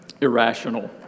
Irrational